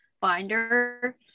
binder